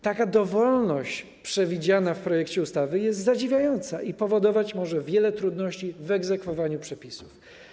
Taka dowolność przewidziana w projekcie ustawy jest zadziwiająca i powodować może wiele trudności w egzekwowaniu przepisów.